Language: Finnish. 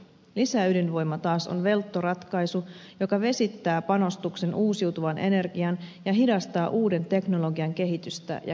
lisäydinvoima taas on veltto ratkaisu joka vesittää panostuksen uusiutuvaan energiaan ja hidastaa uuden teknologian kehitystä ja käyttöönottoa